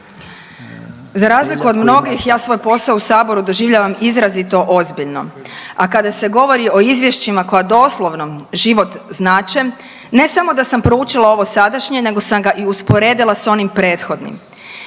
Za razliku od mnogih, ja svoj posao u Saboru doživljavam izrazito ozbiljno a kada se govori o izvješćima koja doslovno život znače, ne samo da sam proučila ovo sadašnje, nego sam ga i usporedila sa onim prethodnim.